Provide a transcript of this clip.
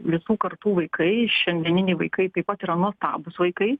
visų kartų vaikai šiandieniniai vaikai taip pat na gabūs vaikai